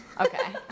Okay